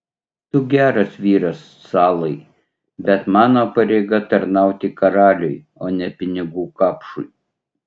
tu geras vyras salai bet mano pareiga tarnauti karaliui o ne pinigų kapšui